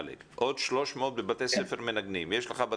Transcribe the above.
עוד 300 בבתי ספר מנגנים.